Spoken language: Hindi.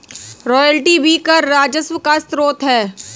रॉयल्टी भी कर राजस्व का स्रोत है